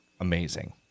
amazing